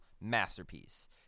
masterpiece